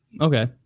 Okay